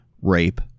rape